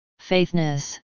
Faithness